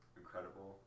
incredible